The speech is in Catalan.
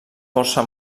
força